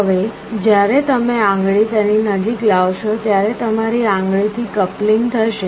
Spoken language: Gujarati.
હવે જ્યારે તમે આંગળી તેની નજીક લાવશો ત્યારે તમારી આંગળીથી કપ્લિંગ થશે